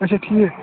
اچھا ٹھیٖک